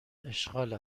اشغال